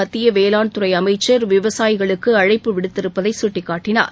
மத்திய வேளாண் துறை அமைச்சர் விவசாயிகளுக்கு அழைப்பு விடுத்திருப்பதை சுட்டிக்காட்டினார்